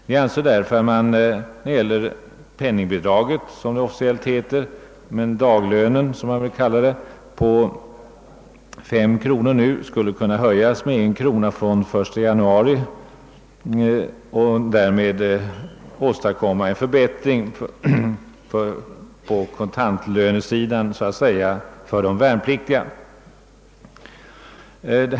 Vi anser därför att man vad beträffar penningbidraget — som det officiellt heter men som man brukar kalla daglönen — på 9 kronor nu skulle kunna höjas med en krona från den 1 januari, varigenom man skulle kunna åstadkomma en förbättring på kontantlönesidan för de värnpliktiga.